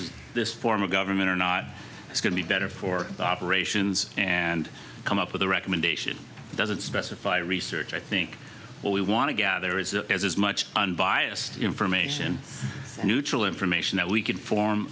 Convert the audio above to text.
is this form of government or not it's going to be better for operations and come up with a recommendation doesn't specify research i think what we want to gather is that there's as much unbiased information neutral information that we can form